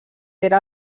era